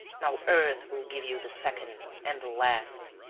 now earth will give you the second and the last.